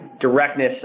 directness